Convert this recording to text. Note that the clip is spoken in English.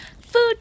Food